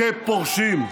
כפורשים.